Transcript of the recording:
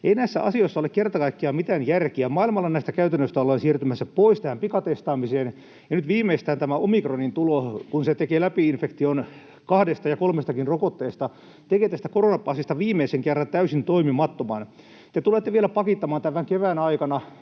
Ei näissä asioissa ole kerta kaikkiaan mitään järkeä. Maailmalla näistä käytännöistä ollaan siirtymässä pois tähän pikatestaamiseen. Ja nyt viimeistään tämä omikronin tulo, kun se tekee läpi-infektion kahdesta ja kolmestakin rokotteesta, tekee tästä koronapassista viimeisen kerran täysin toimimattoman. Te tulette vielä pakittamaan tämän kevään aikana,